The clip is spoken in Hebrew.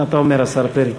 מה אתה אומר, השר פרי?